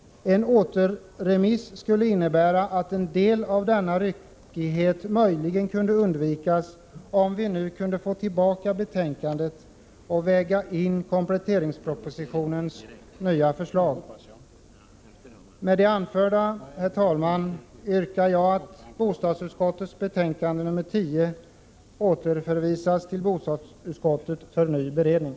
En återremiss skulle innebära att en del av denna ryckighet möjligen kunde undvikas, om bostadsutskottet nu kan få tillbaka betänkandet och väga in kompletteringspropositionens nya förslag. Med det anförda, herr talman, yrkar jag att bostadsutskottets betänkande 10 återförvisas till bostadsutskottet för ny beredning.